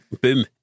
Boom